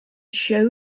show